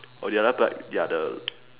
or the other part they are the